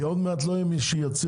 כי עוד מעט לא יהיה מי שייצר.